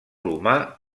humà